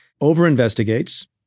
over-investigates